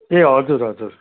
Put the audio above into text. ए हजुर हजुर